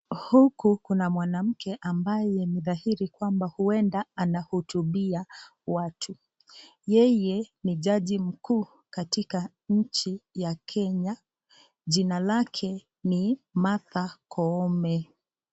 Huku kuna mwanamke ambaye ni dhahiri kwamba huenda anahutubia watu. Yeye ni jaji mkuu katika nchi ya Kenya, jina lake ni Martha Koome.